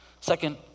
Second